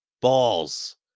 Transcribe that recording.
balls